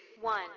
one